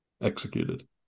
executed